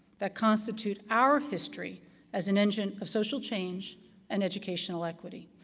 that constitute our history as an engine of social change and educational equity.